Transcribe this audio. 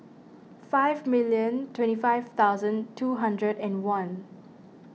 five million twenty five thousand two hundred and one